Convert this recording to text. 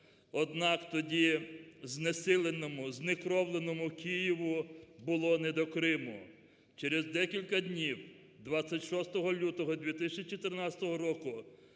однак тоді знесиленому, знекровленому Києву було не до Криму. Через декілька днів, 26 лютого 2014 року,